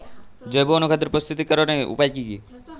জৈব অনুখাদ্য প্রস্তুতিকরনের উপায় কী কী?